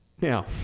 Now